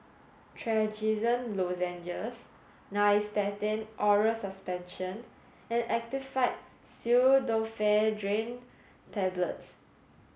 Trachisan Lozenges Nystatin Oral Suspension and Actifed Pseudoephedrine Tablets